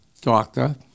doctor